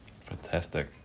Fantastic